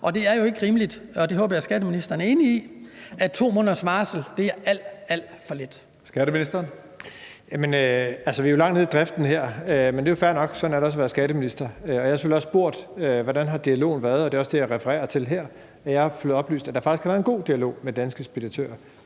Tredje næstformand (Karsten Hønge): Skatteministeren. Kl. 14:34 Skatteministeren (Jeppe Bruus): Vi er jo langt nede i driften her, men det er jo fair nok; sådan er det også at være skatteminister. Jeg har selvfølgelig også spurgt, hvordan dialogen har været, og det er også det, jeg refererer til her. Jeg har fået oplyst, at der faktisk har været en god dialog med Danske Speditører